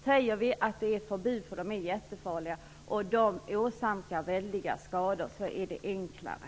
Stålhättade skor och kängor är jättefarliga, och de kan åstadkomma väldiga skador. Inför vi förbud för dem är det enklare.